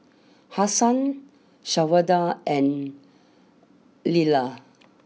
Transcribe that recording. Hassan Shawanda and Lyla